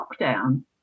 lockdown